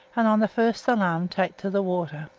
and, on the first alarm, take to the water.